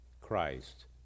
Christ